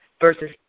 versus